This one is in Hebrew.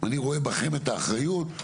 אני רואה בכם האחראים.